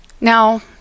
now